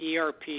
ERP